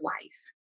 twice